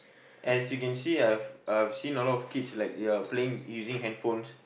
as you can see I've I've seen a lot of kids playing using handphones